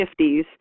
50s